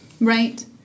Right